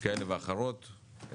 כאלה ואחרות,